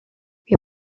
wir